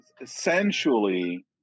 Essentially